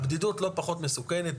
הבדידות לא פחות מסוכנת,